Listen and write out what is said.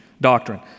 doctrine